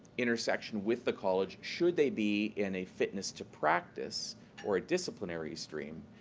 intersection with the college, should they be in a fitness to practise or a disciplinary steam,